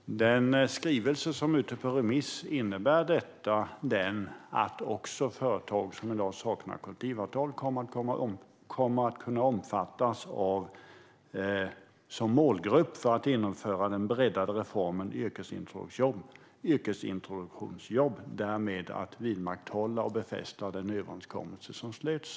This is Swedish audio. Fru talman! Innebär den skrivelse som är ute på remiss att också företag som i dag saknar kollektivavtal kommer att kunna omfattas som målgrupp för att genomföra den breddade reformen med yrkesintroduktionsjobb så att man därmed vidmakthåller och befäster den överenskommelse som slöts?